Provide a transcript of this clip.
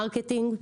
--- מרקטינג,